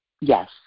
Yes